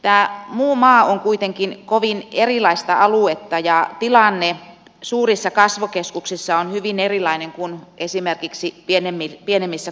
tämä muu maa on kuitenkin kovin erilaista aluetta ja tilanne suurissa kasvukeskuksissa on hyvin erilainen kuin esimerkiksi pienemmissä kunnissa